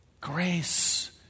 Grace